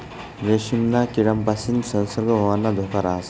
रेशीमना किडापासीन संसर्ग होवाना धोका राहस